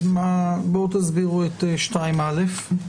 תסבירו את 2(א).